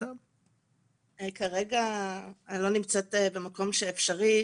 כרגע אני לא נמצאת במקום אפשרי.